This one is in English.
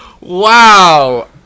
Wow